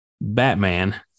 Batman